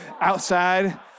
outside